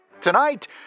Tonight